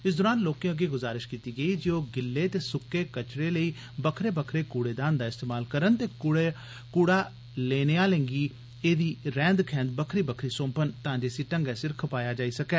इस दौरान लोकें अग्गे गुजारश कीती गेई जे ओह् गिल्ले ते सुक्के कचरे लेई बक्खरे बक्खरे कूड़ेदान दा इस्तमाल करन ते कूड़ा लेने आलें गी एह् रैंद खैंद बक्खरी बक्खरी सौंपन तां जे इसी दंगै सिर खपाया जाई सकै